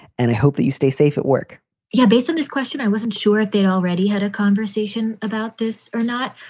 and i hope that you stay safe at work yeah. based on this question, i wasn't sure if they and already had a conversation about this or not,